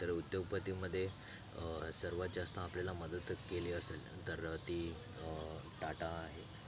तर उद्योगपतीमध्ये सर्वात जास्त आपल्याला मदत केली असेल तर ती टाटा आहे